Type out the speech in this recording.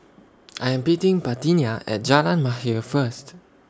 I Am meeting Parthenia At Jalan Mahir First